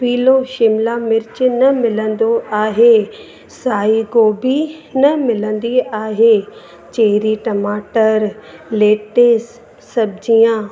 पीलो शिमला मिर्चु न मिलंदो आहे साई गोबी न मिलंदी आहे चेरी टमाटर लेटेस सब्जियां